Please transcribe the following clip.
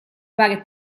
fare